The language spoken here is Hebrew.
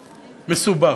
מסובך.